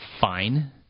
fine